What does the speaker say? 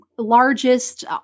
Largest